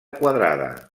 quadrada